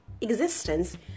existence